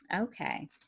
Okay